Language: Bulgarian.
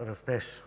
растеж.